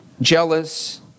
jealous